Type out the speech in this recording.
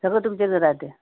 सगळं तुमच्या येच्यात राहते